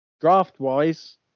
draft-wise